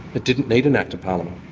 it didn't need an act of parliament.